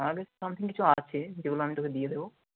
আমার কাছে সামথিং কিছু আছে যেগুলো আমি তোকে দিয়ে দেব